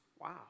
Wow